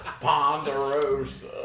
Ponderosa